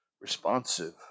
responsive